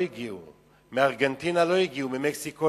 יש רכוש שהוא המסחרי של אותם